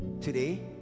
today